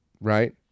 right